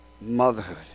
Motherhood